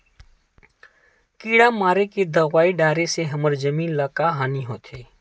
किड़ा मारे के दवाई डाले से हमर जमीन ल का हानि होथे?